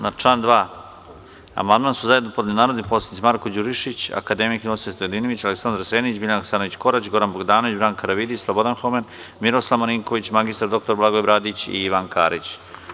Na član 2. amandman su zajedno podneli narodni poslanici Marko Đurišić, akademik Ninoslav Stojadinović, Aleksandar Senić, Biljana Hasanović Korać, Goran Bogdanović, Branka Karavidić, Slobodan Homen, Miroslav Marinković, mr. dr Blagoje Bradić i Ivan Karić.